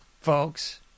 folks